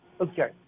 okay